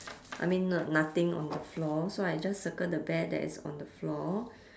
I mean n~ nothing on the floor so I just circle the bear that is on the floor